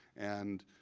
and